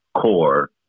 core